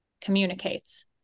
communicates